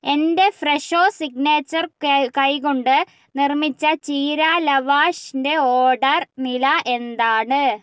എന്റെ Fresho signature കൈകൊണ്ട് നിർമ്മിച്ച ചീര ലവാഷിന്റെ ഓർഡർ നില എന്താണ്